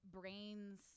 brains